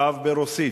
קו ברוסית,